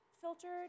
filtered